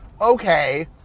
okay